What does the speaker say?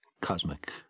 cosmic